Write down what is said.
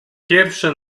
pierwsze